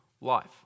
life